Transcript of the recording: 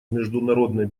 международной